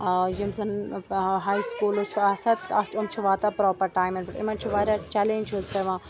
یِم زَن ہَے سکوٗلٕز چھِ آسان چھِ یِم چھِ واتان پرٛاپَر ٹایمَن پٮ۪ٹھ یِمَن چھِ واریاہ چٮ۪لینٛجٕز پٮ۪وان